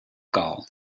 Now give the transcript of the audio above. gall